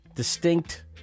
distinct